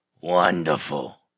Wonderful